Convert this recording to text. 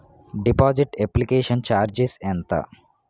Deposit application charges ఎంత?